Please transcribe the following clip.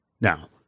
Now